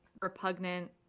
repugnant